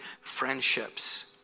friendships